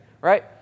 right